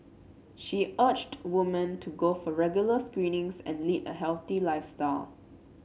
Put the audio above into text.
she urged woman to go for regular screenings and lead a healthy lifestyle